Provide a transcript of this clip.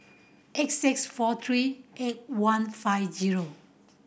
eight six four three eight one five zero